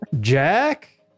Jack